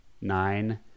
nine